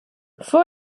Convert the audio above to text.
for